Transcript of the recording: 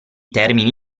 termini